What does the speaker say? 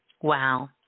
Wow